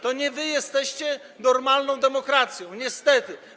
To nie wy jesteście normalną demokracją, niestety.